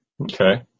Okay